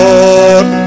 Lord